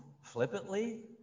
flippantly